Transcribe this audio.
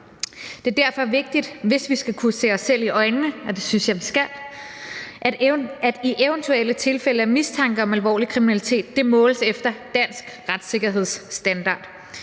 Det er derfor vigtigt, hvis vi skal kunne se os selv i øjnene, og det synes jeg vi skal, at de eventuelle tilfælde af mistanke om alvorlig kriminalitet måles efter dansk retsikkerhedsstandard.